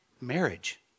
marriage